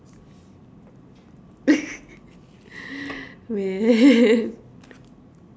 man